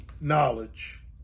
knowledge